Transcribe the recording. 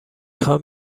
خوام